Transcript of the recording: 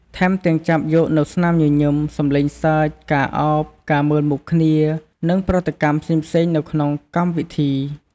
ថែមទាំងចាប់យកនូវស្នាមញញឹម សំឡេងសើច ការឱប ការមើលមុខគ្នា និងប្រតិកម្មផ្សេងៗនៅក្នុងកម្មវិធី។